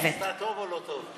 עשתה טוב או לא טוב?